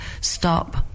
stop